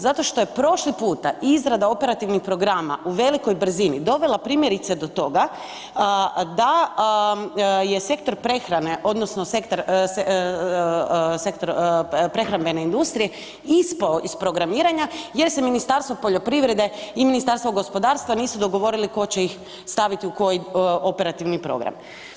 Zato što je prošli puta izrada operativnih programa u velikoj brzini dovela primjerice do toga da je sektor prehrane odnosno sektor prehrambene industrije ispao iz programiranja jer se Ministarstvo poljoprivrede i Ministarstvo gospodarstva nisu dogovorili tko će ih staviti u koji operativni program.